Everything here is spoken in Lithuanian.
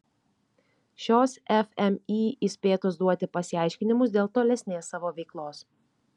šios fmį įspėtos duoti pasiaiškinimus dėl tolesnės savo veiklos